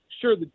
sure